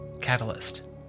Catalyst